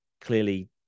clearly